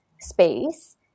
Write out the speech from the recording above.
space